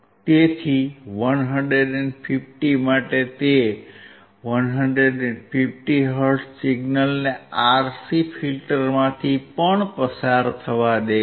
તેથી 150 માટે તે 150 હર્ટ્ઝ સિગ્નલને RC ફિલ્ટરમાંથી પણ પસાર થવા દે છે